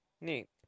Neat